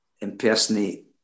impersonate